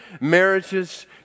marriages